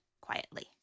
quietly